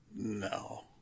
No